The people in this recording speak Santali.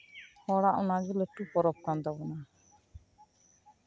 ᱦᱚᱲᱟᱜ ᱚᱱᱟᱜᱮ ᱞᱟᱹᱴᱩ ᱯᱚᱨᱚᱵᱽ ᱠᱟᱱ ᱛᱟᱵᱚᱱᱟ